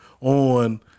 on